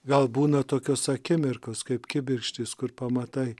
gal būna tokios akimirkos kaip kibirkštys kur pamatai